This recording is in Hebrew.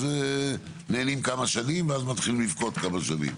אז נהנים כמה שנים ומתחילים לבכות כמה שנים.